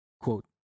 quote